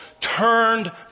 turned